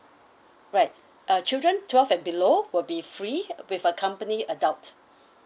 right uh children twelve and below will be free with accompany adult